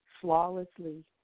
flawlessly